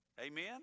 Amen